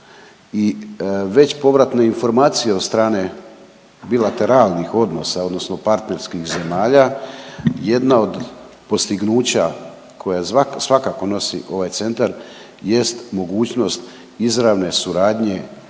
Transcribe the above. i već povratne informacije od strane bilateralnih odnosa odnosno partnerskih zemalja jedna od postignuća koja svakako nosi ovaj centar jest mogućnost izravne suradnje